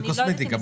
זה קוסמטיקה.